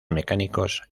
mecánicos